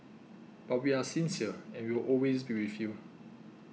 but we are sincere and we will always be with you